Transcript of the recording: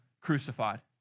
crucified